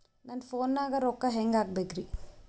ನನ್ನ ಫೋನ್ ನಾಗ ರೊಕ್ಕ ಹೆಂಗ ಹಾಕ ಬೇಕ್ರಿ?